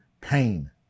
pain